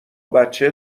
بچه